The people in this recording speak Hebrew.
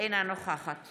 אינה נוכחת